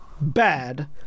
bad